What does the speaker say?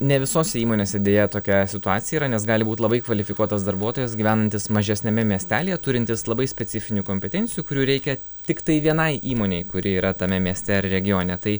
ne visose įmonėse deja tokia situacija yra nes gali būt labai kvalifikuotas darbuotojas gyvenantis mažesniame miestelyje turintis labai specifinių kompetencijų kurių reikia tiktai vienai įmonei kuri yra tame mieste ar regione tai